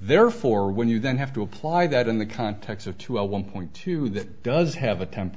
therefore when you then have to apply that in the context of two one point two that does have a temp